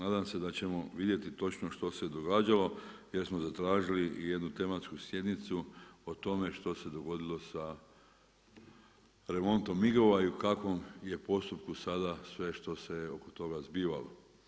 Nadam se da ćemo vidjeti točno što se događalo jer smo zatražili i jednu tematsku sjednicu o tome što se dogodilo sa remontom MIG-ova i u kakvom je postupku sada sve što se oko toga zbivalo.